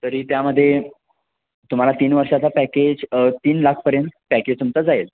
तरी त्यामध्ये तुम्हाला तीन वर्षाचा पॅकेज तीन लाखपर्यंत पॅकेज तुमचा जाईल